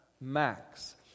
Max